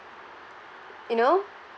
you know